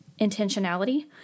intentionality